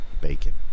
bacon